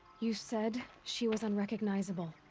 you said. she was unrecognizable.